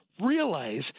realize